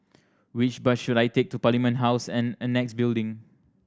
which bus should I take to Parliament House and Annexe Building